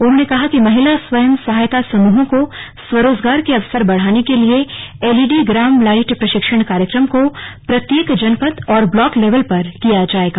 उन्होंने कहा कि महिला स्वयं सहायता समूहों को स्वरोजगार के अवसर बढ़ाने के लिए एलईडी ग्राम लाईट प्रशिक्षण कार्यक्रम को प्रत्येक जनपद और ब्लॉक लेवल पर किया जाएगा